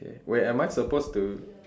wait am I supposed to